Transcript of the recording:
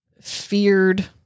feared